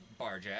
barjack